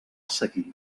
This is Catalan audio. seguir